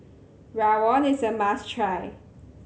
Rawon is a must try